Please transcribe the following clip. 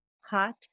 hot